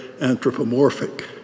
anthropomorphic